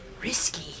risky